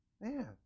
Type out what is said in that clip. Man